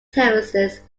terraces